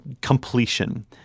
completion